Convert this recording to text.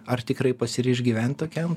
ar tikrai pasiryš gyvent tokiam